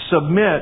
Submit